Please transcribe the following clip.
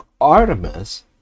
Artemis